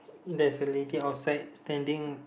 there's a lady outside standing